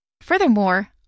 Furthermore